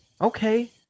Okay